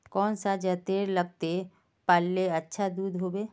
कौन सा जतेर लगते पाल्ले अच्छा दूध होवे?